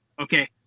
Okay